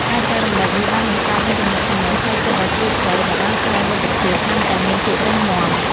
ការចែករំលែកនេះបានបង្កើតនូវទំនាក់ទំនងផ្លូវចិត្តដ៏ជ្រាលជ្រៅដែលបានធ្វើឲ្យមិត្តភាពកាន់តែមានភាពរឹងមាំ។